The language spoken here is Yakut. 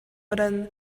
баран